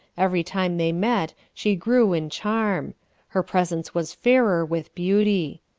every time they met she grew in charm her presence was fairer with beauty.